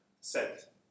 set